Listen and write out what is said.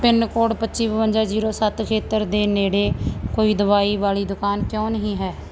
pin code ਪੱਚੀ ਬਵੰਜਾ zero ਸੱਤ ਖੇਤਰ ਦੇ ਨੇੜੇ ਕੋਈ ਦਵਾਈ ਵਾਲੀ ਦੁਕਾਨ ਕਿਉਂ ਨਹੀਂ ਹੈ